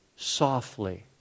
Softly